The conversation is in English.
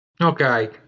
Okay